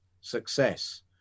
success